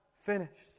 finished